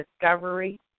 discovery